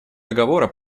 договора